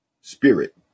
spirit